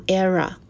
era